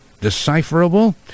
decipherable